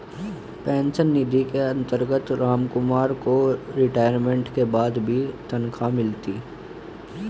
pension निधि के अंतर्गत रामकुमार को रिटायरमेंट के बाद भी तनख्वाह मिलती